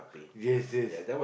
yes yes